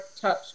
touch